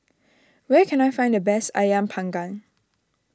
where can I find the best Ayam Panggang